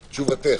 תשובתך.